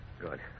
Good